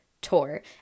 tour